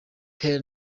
père